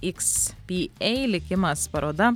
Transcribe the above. iks pi ei likimas paroda